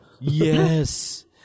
Yes